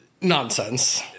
nonsense